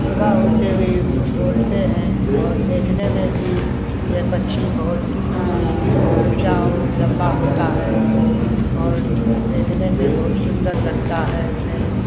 सुबह होते हुए बोलते हैं और देखने में भी ये पक्षी बहुत ऊंचा और लंबा होता है और देखने में बहुत सुंदर लगता है हमें